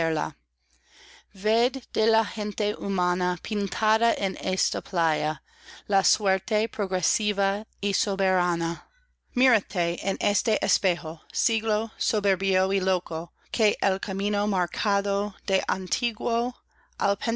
de la gente humana pintada en esta playa la suerte progresiva y soberana mírate en este espejo siglo soberbio y loco que el camino marcado de antiguo